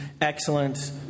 excellent